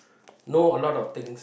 know a lot of things